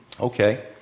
Okay